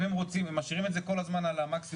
הם משאירים את זה כל הזמן על המקסימום,